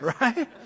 Right